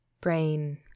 Brain